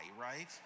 right